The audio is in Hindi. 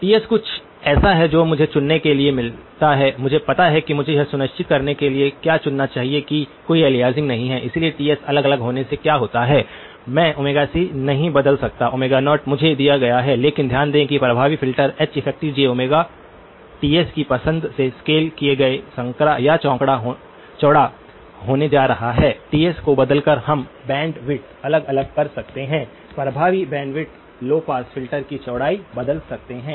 Ts कुछ ऐसा है जो मुझे चुनने के लिए मिलता है मुझे पता है कि मुझे यह सुनिश्चित करने के लिए क्या चुनना चाहिए कि कोई अलियासिंग नहीं है इसलिए Ts अलग अलग होने से क्या होता है मैं c नहीं बदल सकता 0 मुझे दिया गया है लेकिन ध्यान दें कि प्रभावी फ़िल्टर Heffj Ts की पसंद से स्केल किए गए संकरा या चौड़ा होने जा रहा है Ts को बदलकर हम बैंडविड्थ अलग अलग कर सकते हैं प्रभावी बैंडविड्थ लौ पास फिल्टर की चौड़ाई बदल सकते है